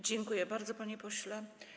Dziękuję bardzo, panie pośle.